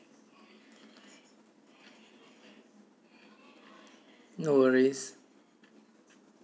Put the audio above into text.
no worries